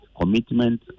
commitment